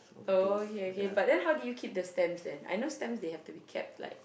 okay okay but then how to you keep the stamps then I know stamps they have to be kept like